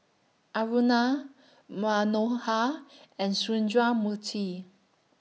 Aruna Manohar and Sundramoorthy